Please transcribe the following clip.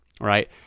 right